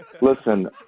Listen